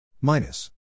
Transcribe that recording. Minus